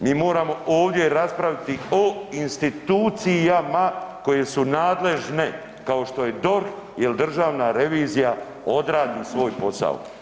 Mi moramo ovdje raspraviti o institucijama koje su nadležne kao što je DORH jer državna revizija odradi svoj posao.